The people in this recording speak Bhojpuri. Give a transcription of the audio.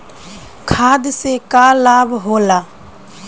खाद्य से का लाभ होला?